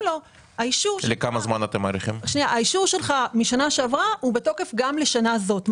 לה שהאישור שלה משנה שעברה הוא בתוקף גם לשנה זאת.